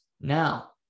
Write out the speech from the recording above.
now